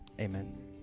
Amen